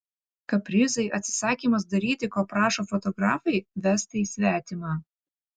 kaprizai atsisakymas daryti ko prašo fotografai vestai svetima